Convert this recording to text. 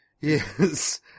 Yes